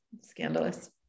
scandalous